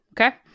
okay